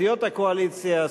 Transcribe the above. סיעות הקואליציה,